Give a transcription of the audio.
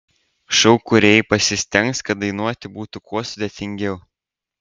šou kūrėjai pasistengs kad dainuoti būtų kuo sudėtingiau